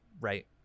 right